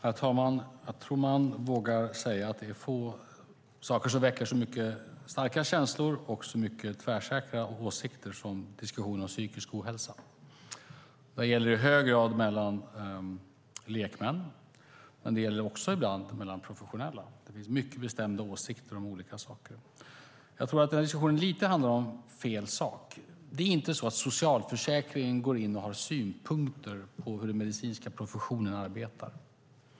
Herr talman! Jag tror att man vågar säga att det är få saker som väcker så mycket starka känslor och så många tvärsäkra åsikter som diskussionen om psykisk ohälsa. Det gäller i hög grad mellan lekmän men också ibland mellan professionella. Det finns mycket bestämda åsikter om olika saker. Den här diskussionen handlar lite om fel sak. Det är inte så att socialförsäkringen går in och har synpunkter på hur den medicinska professionen arbetar.